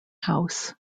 house